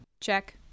Check